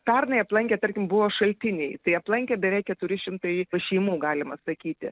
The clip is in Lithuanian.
pernai aplankė tarkim buvo šaltiniai tai aplankė beveik keturi šimtai šeimų galima sakyti